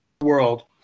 world